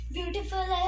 Beautiful